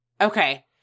Okay